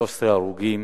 13 הרוגים.